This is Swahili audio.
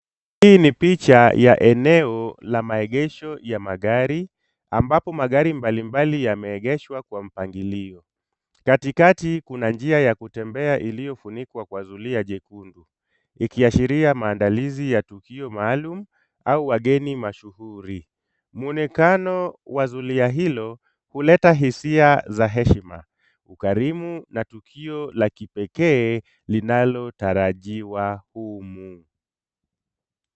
Hii ni picha ya eneo la maegesho ya magari ambapo magari mbalimbali yameegeshwa kwa mpangilio. Katikati kuna njia ya kutembea iliyofunikwa kwa zulia jekundu ikiashiria maandalizi ya tukio maalum au wageni mashuhuri. Mwonekano wa zulia hilo huleta hisia za heshima, ukarimu na tukio la kipekee linalotarajiwa humu.